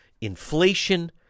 inflation